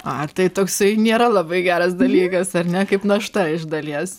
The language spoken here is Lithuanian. a tai toksai nėra labai geras dalykas ar ne kaip našta iš dalies